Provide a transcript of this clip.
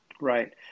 Right